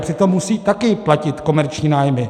Přitom musí taky platit komerční nájmy.